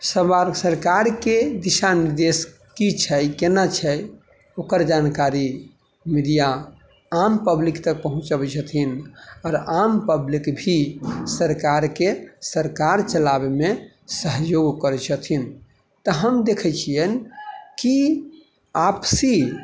सवार सरकारके दिशा निर्देश की छै कोना छै ओकर जानकारी मीडिया आम पब्लिक तक पहुँचबै छथिन आओर आम पब्लिक भी सरकारके सरकार चलाबैमे सहयोग करै छथिन तऽ हम देखै छियनि कि आपसी